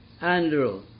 Andrew